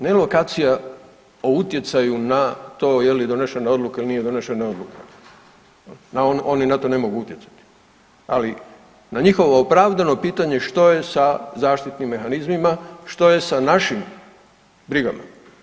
Ne lokacija o utjecaju na to je li donešena odluka ili nije donešena odluka, oni na to ne mogu utjecati, ali na njihovo opravdano pitanje što je sa zaštitnim mehanizmima, što je sa našim brigama.